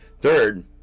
Third